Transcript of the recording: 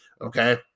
okay